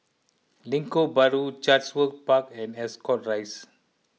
Lengkok Bahru Chatsworth Park and Ascot Rise